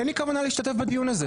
אין לי כוונה להשתתף בדיון הזה.